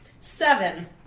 Seven